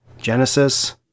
Genesis